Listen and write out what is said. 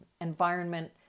environment